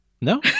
no